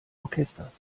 orchesters